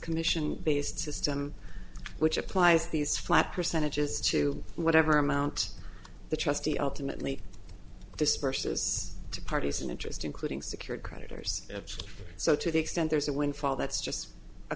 commission based system which applies these flat percentages to whatever amount the trustee ultimately disperses to parties in interest including secured creditors so to the extent there is a windfall that's just a